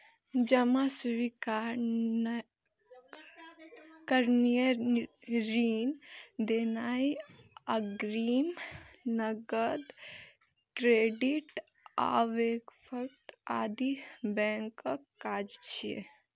जमा स्वीकार करनाय, ऋण देनाय, अग्रिम, नकद, क्रेडिट, ओवरड्राफ्ट आदि बैंकक काज छियै